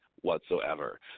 whatsoever